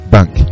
Bank